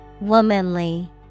WOMANLY